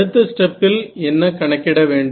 அடுத்த ஸ்டெப்பில் என்ன கணக்கிட வேண்டும்